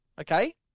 Okay